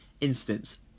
instance